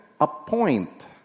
appoint